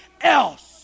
else